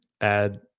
add